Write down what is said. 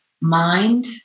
Mind